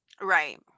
Right